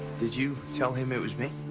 did you tell him it was me?